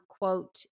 quote